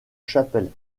chapelle